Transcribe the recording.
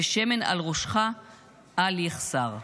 ושמן על ראשך אל יחסר".